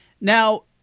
Now